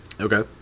Okay